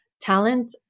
talent